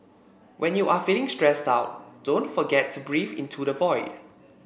when you are feeling stressed out don't forget to breathe into the void